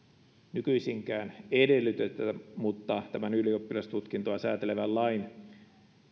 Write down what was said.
nykyisinkään edellytetä mutta tämän ylioppilastutkintoa säätelevän lain